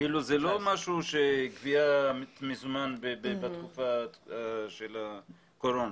זאת לא גבייה במזומן בתקופה של הקורונה.